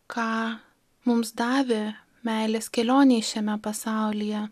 ką mums davė meilės kelionei šiame pasaulyje